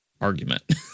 argument